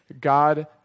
God